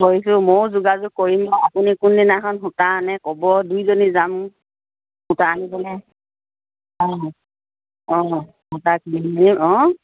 কৰিছোঁ ময়ো যোগাযোগ কৰিম আপুনি কোনদিনাখন সূতা আনে ক'ব দুয়োজনী যাম সূতা আনিবলৈ অঁ অঁ সূতা কিনিমগৈ অঁ